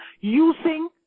using